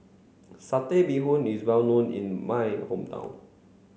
satay bee hoon is well known in my hometown